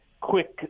quick